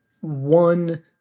one